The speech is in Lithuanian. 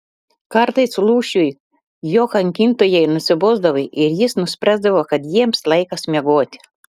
kartais lūšiui jo kankintojai nusibosdavo ir jis nuspręsdavo kad jiems laikas miegoti